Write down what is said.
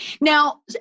now